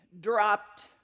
dropped